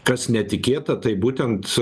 kas netikėta tai būtent